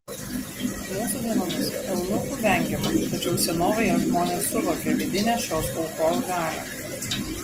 mūsų dienomis eunuchų vengiama tačiau senovėje žmonės suvokė vidinę šios aukos galią